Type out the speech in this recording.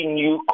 new